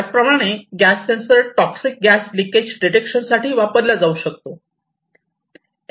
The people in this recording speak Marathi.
त्याचप्रमाणे gas sensor toxic gas leakage detection साठी वापरला जाऊ शकतो